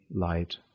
light